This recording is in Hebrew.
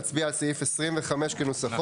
נצביע על סעיף 25 כנוסחו.